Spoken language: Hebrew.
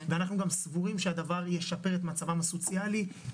ואנחנו גם סבורים שהדבר ישפר את מצבם הסוציאלי.